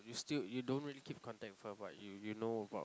you still you don't really keep contact with her but you you know about